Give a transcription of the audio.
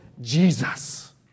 Jesus